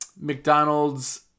McDonald's